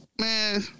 man